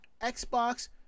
Xbox